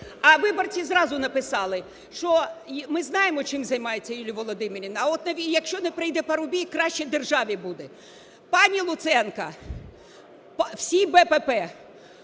а виборці зразу написали, що ми знаємо, чим займається Юлія Володимирівна, а от якщо не прийде Парубій, краще державі буде. Пані Луценко, всі БПП,